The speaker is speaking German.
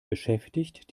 beschäftigt